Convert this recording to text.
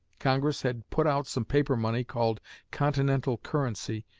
congress had put out some paper money called continental currency,